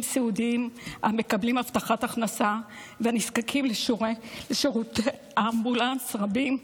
סיעודיים המקבלים הבטחת הכנסה ונזקקים לשירותי אמבולנס רבים,